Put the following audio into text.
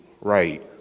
right